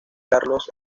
carlos